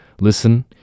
listen